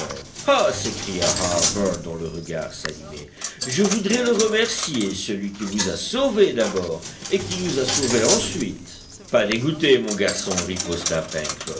ah s'écria harbert dont le regard s'animait je voudrais le remercier celui qui vous a sauvé d'abord et qui nous a sauvés ensuite pas dégoûté mon garçon riposta